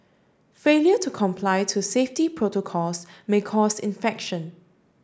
failure to comply to safety protocols may cause infection